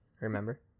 remember